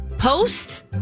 Post